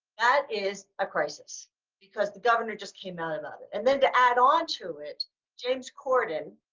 that is a crisis because the governor just came out about it and then to add on to it james corden,